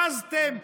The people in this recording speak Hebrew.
בזתם,